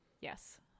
yes